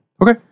Okay